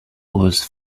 was